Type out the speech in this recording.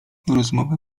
rozmowę